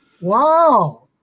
Wow